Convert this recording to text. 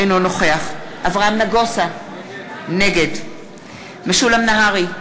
אינו נוכח אברהם נגוסה, נגד משולם נהרי,